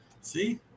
See